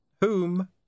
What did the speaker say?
Whom